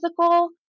physical